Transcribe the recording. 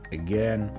again